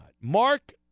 Mark